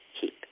keep